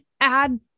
add